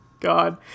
God